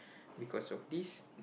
because of this